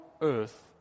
earth